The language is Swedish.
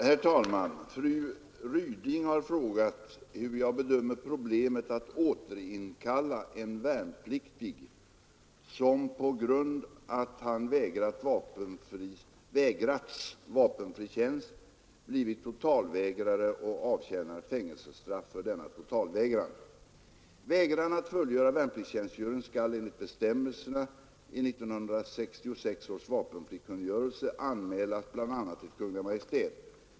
Herr talman! Fru Ryding har frågat hur jag bedömer problemet att återinkalla en värnpliktig som på grund av att han vägrats vapenfri tjänst blivit totalvägrare och avtjänar fängelsestraff för denna totalvägran. Vägran att fullgöra värnpliktstjänstgöring skall enligt bestämmelserna i 1966 års vapenfrikungörelse anmälas bl.a. till Kungl. Maj:t.